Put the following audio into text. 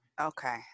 Okay